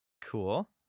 Cool